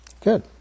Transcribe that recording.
Good